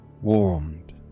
warmed